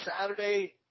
Saturday